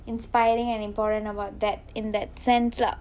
inspiring and important about that in that sense lah